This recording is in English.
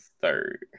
third